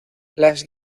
las